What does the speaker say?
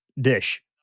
dish